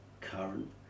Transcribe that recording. current